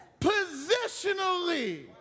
Positionally